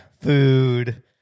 food